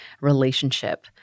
relationship